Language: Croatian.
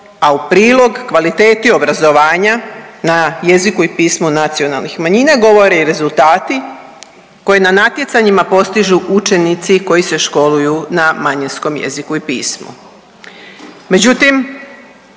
a u prilog kvaliteti obrazovanja na jeziku i pismu nacionalnih manjina govore i rezultati koji na natjecanjima postižu učenici koji se školuju na manjinskom jeziku i pismu.